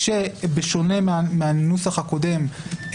בשונה מהנוסח הקודם,